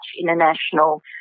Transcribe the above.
international